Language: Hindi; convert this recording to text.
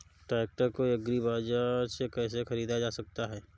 ट्रैक्टर को एग्री बाजार से कैसे ख़रीदा जा सकता हैं?